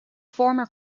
former